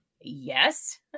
yes